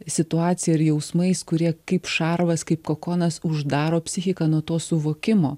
situacija ir jausmais kurie kaip šarvas kaip kokonas uždaro psichiką nuo to suvokimo